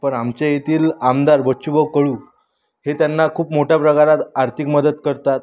पण आमच्या येथील आमदार बच्चू भाऊ कळू हे त्यांना खूप मोठ्या प्रकारात आर्थिक मदत करतात